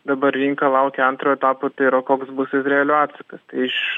dabar rinka laukia antro etapo tai yra koks bus izraelio atsakas tai iš